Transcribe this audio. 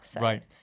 Right